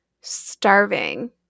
starving